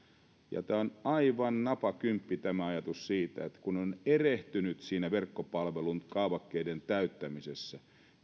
ja on aivan napakymppi tämä ajatus kun on erehtynyt verkkopalvelun kaavakkeiden täyttämisessä